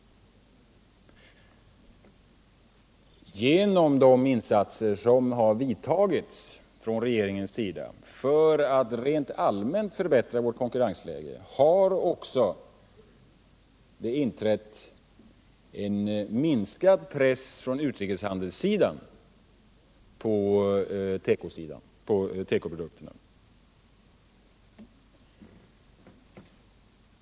Genom de insatser som gjorts av regeringen för att rent allmänt förbättra vårt konkurrensläge har det också inträtt en minskad press från utrikeshandelssidan på tekoprodukterna.